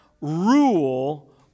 rule